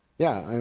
yeah.